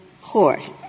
court